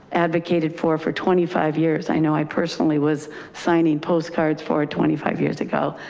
advocated for for twenty five years. i know i personally was signing postcards for twenty five years ago,